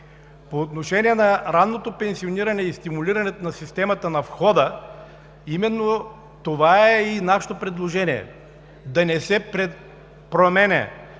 По отношение на ранното пенсиониране и стимулирането на системата на входа, именно това е и нашето предложение – да не се променя